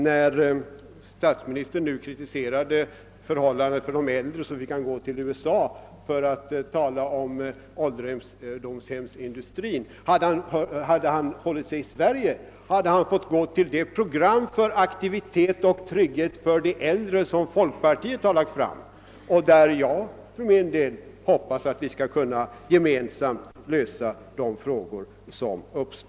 När statsministern kritiserade förhållandena för de äldre fick han gå till USA för att tala om ålderdomshemsindustrin. Hade han hållit sig i Sverige skulle han ha kunnat gå till det program för aktivitet och trygghet för de äldre som folkpartiet har lagt fram. Jag för min del hoppas att vi härvidlag skall kunna gemensamt lösa de problem som finns.